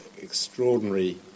extraordinary